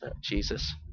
Jesus